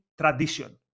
tradition